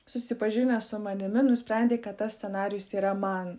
susipažinęs su manimi nusprendė kad tas scenarijus yra man